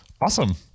Awesome